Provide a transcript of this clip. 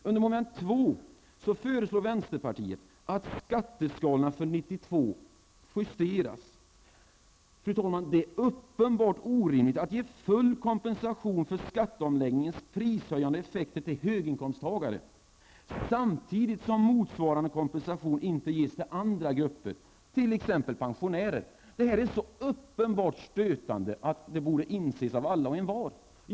Under moment 2 föreslår vänsterpartiet att skatteskalorna för 1992 justeras. Det är uppenbart orimligt att ge full kompensation för skatteomläggningens prishöjande effekter till höginkomsttagare samtidigt som motsvarande kompensation inte ges till andra grupper, t.ex. pensionärer. Detta är så uppenbart stötande att det borde inses av alla och envar.